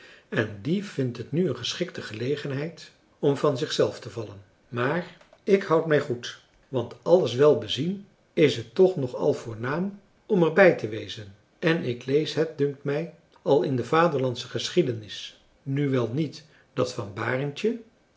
en die vindt het nu een geschikte gelegenheid om van zich zelf te vallen maar ik houd mij goed want alles wel bezien is het toch nog al voornaam om er bij te wezen en ik lees het dunkt mij al in de vaderlandsche geschiedenis nu wel niet dat van